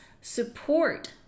support